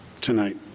tonight